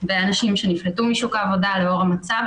באנשים שנפלטו משוק העבודה לאור המצב,